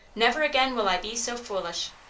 never again will i be so foolish.